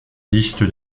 liste